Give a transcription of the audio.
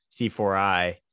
C4I